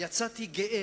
יצאתי גאה